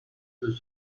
peut